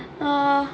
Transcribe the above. uh